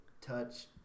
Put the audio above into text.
touch